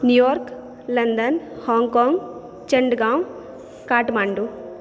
New York London Hong Kong Chandgaon Kathmandu